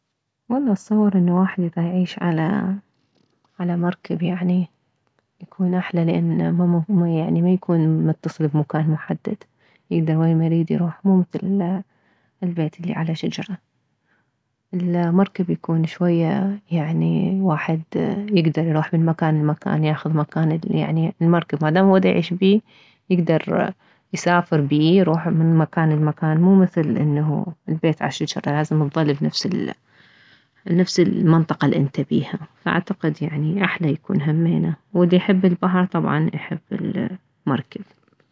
والله اتصور انه واحد اذا يعيش على على مركب يعني يكون احلى لان ما يعني ما يكون متصل بمكان محدد يكدر وين ما يريد يروح مو مثل البيت الي على شجرة المركب يكون شوية يعني واحد يكدر يروح من مكان لمكان ياخذ مكانه يعني ياخذ المركب مادام هو ديعيش بيه يكدر يسافر بيه يروح من مكان لمكان مو مثل انه البيت على الشجرة لازم تظل بنفس المنطقة الانت بيها واللي يحب البحر طبعا يحب المركب